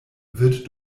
wird